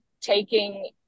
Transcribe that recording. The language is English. taking